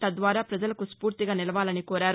తద్వారా ప్రజలకు స్పూర్తిగా నిలవాలని కోరారు